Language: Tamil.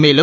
மேலும்